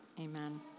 Amen